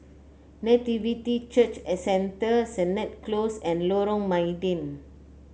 Nativity Church Centre Sennett Close and Lorong Mydin